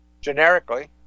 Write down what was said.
generically